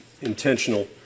intentional